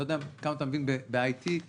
אני לא יודע כמה אתה מבין ב-IT אבל